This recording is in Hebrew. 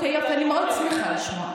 אוקיי, יופי, אני מאוד שמחה לשמוע.